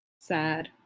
Sad